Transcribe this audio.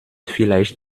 vielleicht